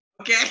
Okay